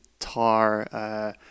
Tar